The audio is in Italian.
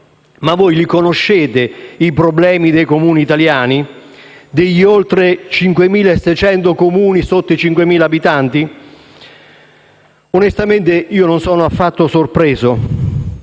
Ma voi conoscete i problemi dei Comuni italiani, degli oltre 5.600 Comuni con meno di 5.000 abitanti? Onestamente non sono affatto sorpreso.